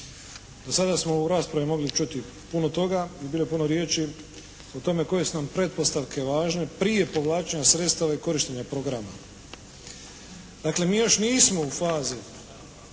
Do sada smo u raspravi mogli čuti puno toga i bilo je puno riječi o tome koje su nam pretpostavke važne prije povlačenja sredstava i korištenja programa. Dakle, mi još nismo u fazi